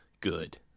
good